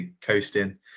coasting